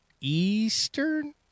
Eastern